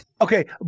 Okay